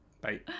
Bye